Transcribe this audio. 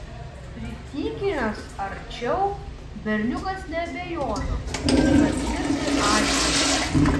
pritykinęs arčiau berniukas neabejojo kad girdi aimanas